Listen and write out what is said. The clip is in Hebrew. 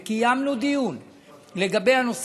וקיימנו דיון בנושא,